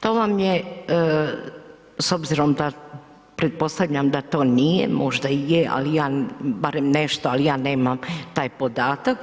To vam je s obzirom da pretpostavljam da to nije, možda je barem nešto, ali ja nemam taj podatak,